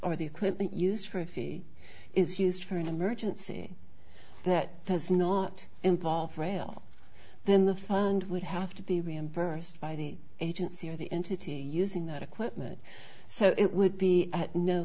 or the equipment used for a fee is used for an emergency that does not involve rail then the fund would have to be reimbursed by the agency or the entity using that equipment so it would be at no